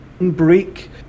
Break